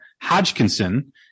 Hodgkinson